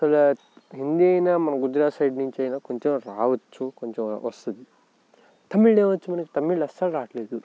అస్సల హిందీ అయినా మన గుజరాత్ సైడ్ నుంచి అయినా కొంచెం రావచ్చు కొంచెం వస్తుంది తమిళ్ ఏమొచ్చు మనకి తమిళ్ అస్సలు రావట్లేదు